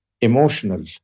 emotional